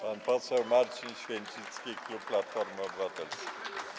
Pan poseł Marcin Święcicki, klub Platforma Obywatelska.